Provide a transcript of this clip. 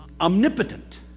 omnipotent